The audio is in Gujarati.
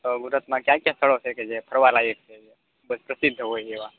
તો ગુજરાતમાં ક્યાં ક્યાં સ્થળો છે કે જે ફરવાલાયક છે એ બહુ જ પ્રસિદ્ધ હોય એવા